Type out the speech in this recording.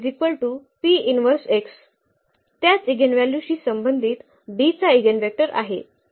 तर हा त्याच ईगेनन्व्हल्यूशी संबंधित B चा ईगेनवेक्टर आहे